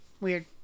weird